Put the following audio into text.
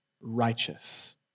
righteous